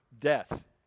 death